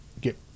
get